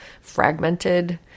fragmented